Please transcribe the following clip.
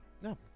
No